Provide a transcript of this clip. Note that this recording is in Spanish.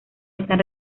están